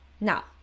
Now